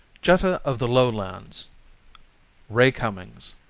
jetta of the lowlands ray cummings